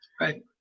Right